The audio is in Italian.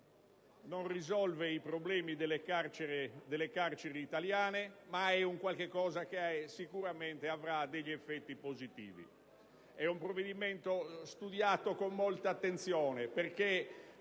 non risolve i problemi delle carceri italiane, ma è qualcosa che sicuramente avrà degli effetti positivi. È un provvedimento studiato con molta attenzione, perché